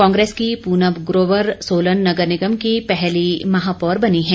कांग्रेस की पूनम ग्रोवर सोलन नगर निगम की पहली महापौर बनी है